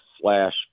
slash